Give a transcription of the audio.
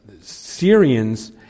Syrians